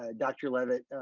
ah doctor limit.